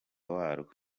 warwo